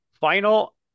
Final